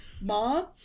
mom